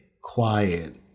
quiet